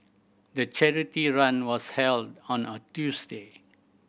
the charity run was held on a Tuesday